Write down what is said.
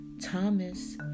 Thomas